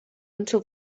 until